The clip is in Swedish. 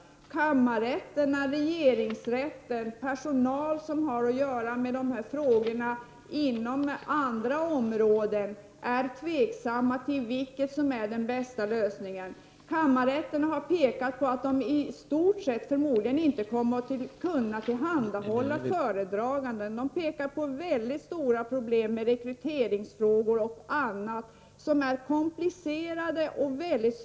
Kammarrätten, regeringsrätten och personalen som har att göra med dessa frågor inom andra områden är tveksamma till vilket som är den bästa lösningen. Kammarrätten har påpekat att den i stort sett förmodligen inte kommer att kunna tillhandahålla föredraganden. Där finns väldigt stora rekryteringsproblem som är komplicerade och svårlösta.